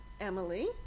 Emily